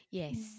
yes